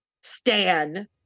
Stan